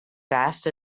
fast